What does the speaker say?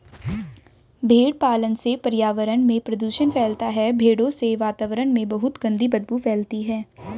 भेड़ पालन से पर्यावरण में प्रदूषण फैलता है भेड़ों से वातावरण में बहुत गंदी बदबू फैलती है